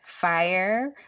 fire